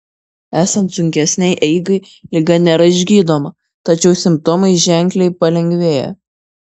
esant sunkesnei eigai liga nėra išgydoma tačiau simptomai ženkliai palengvėja